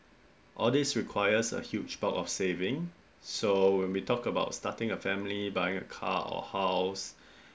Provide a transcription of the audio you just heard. all this requires a huge bulk of saving so when we talk about starting a family buying a car or house